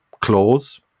clause